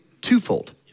twofold